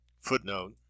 Footnote